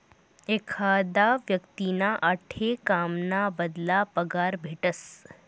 एखादा व्यक्तींना आठे काम ना बदला पगार भेटस